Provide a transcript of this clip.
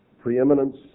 preeminence